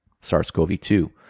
SARS-CoV-2